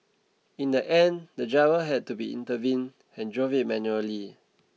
in the end the driver had to be intervene and drove it manually